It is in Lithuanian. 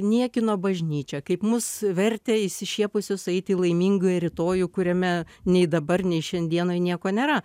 niekino bažnyčią kaip mus vertė išsišiepusius eit į laimingą rytojų kuriame nei dabar nei šiandienoj nieko nėra